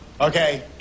Okay